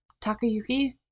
Takayuki